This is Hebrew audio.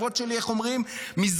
ויתרתי על הכבוד שלי כבר מזמן.